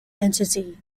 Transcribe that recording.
entity